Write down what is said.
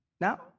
Now